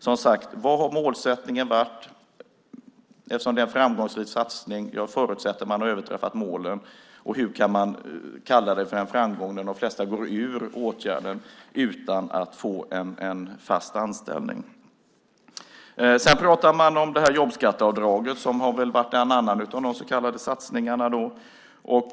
Som sagt: Vad har målsättningen varit eftersom det är en framgångsrik satsning - jag förutsätter att man har överträffat målen? Och hur kan man kalla det för en framgång när de flesta går ur åtgärden utan att få en fast anställning? Sedan pratar man om jobbskatteavdraget, som har varit en annan av de så kallade satsningarna.